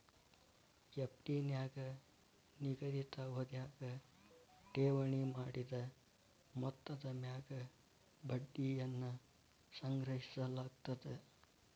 FD ನ್ಯಾಗ ನಿಗದಿತ ಅವಧ್ಯಾಗ ಠೇವಣಿ ಮಾಡಿದ ಮೊತ್ತದ ಮ್ಯಾಗ ಬಡ್ಡಿಯನ್ನ ಸಂಗ್ರಹಿಸಲಾಗ್ತದ